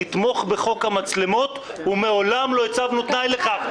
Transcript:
נתמוך בחוק המצלמות ומעולם לא הצבנו תנאי לכך".